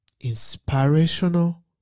inspirational